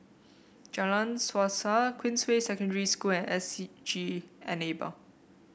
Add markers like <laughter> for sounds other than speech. Jalan Suasa Queensway Secondary School and S <unintelligible> G Enable